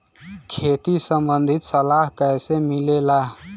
खेती संबंधित सलाह कैसे मिलेला?